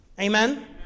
Amen